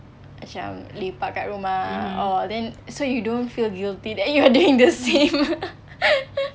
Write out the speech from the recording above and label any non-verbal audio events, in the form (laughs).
macam lepak kat rumah all then so you don't feel guilty (laughs) that you are doing the same (laughs)